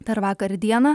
per vakar dieną